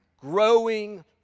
growing